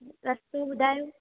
रस्तो ॿुधायो